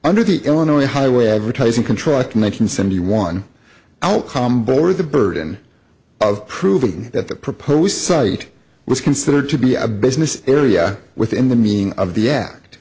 under the illinois highway advertising contract one hundred seventy one outcome board the burden of proving that the proposed site was considered to be a business area within the meaning of the act